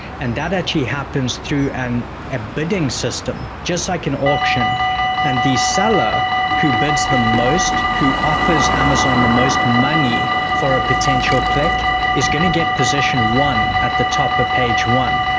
and that actually happens through and a bidding system just like an auction and the seller who bids the most, who offers amazon the most money for a potential click is gonna get position one at the top of page one,